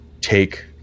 take